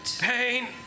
Pain